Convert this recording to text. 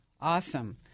Awesome